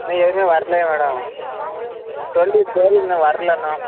இன்னும் எதுவுமே வரலையே மேடம் சொல்லி செய்தி இன்னும் வரலை இன்னும்